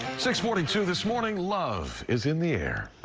six forty two this morning. love is in the air.